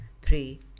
pray